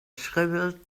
shriveled